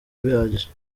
bihagije